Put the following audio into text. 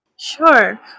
Sure